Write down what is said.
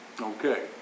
Okay